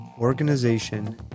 organization